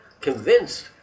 convinced